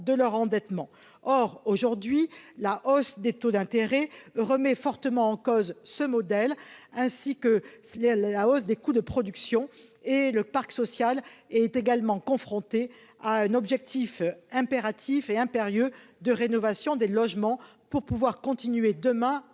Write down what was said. de leur endettement, or aujourd'hui la hausse des taux d'intérêt remet fortement en cause ce modèle ainsi que si la hausse des coûts de production et le parc social est également confronté à un objectif impératif et impérieux de rénovation des logements pour pouvoir continuer demain